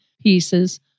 pieces